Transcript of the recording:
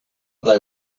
they